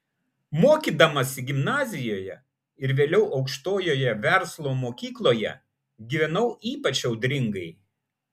mokydamasi gimnazijoje ir vėliau aukštojoje verslo mokykloje gyvenau ypač audringai